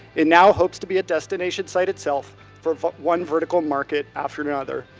it now hopes to be a destination site itself for one vertical market after another,